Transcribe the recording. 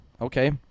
Okay